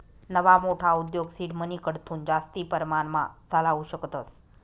नवा मोठा उद्योग सीड मनीकडथून जास्ती परमाणमा चालावू शकतस